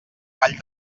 vall